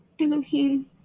Elohim